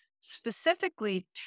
specifically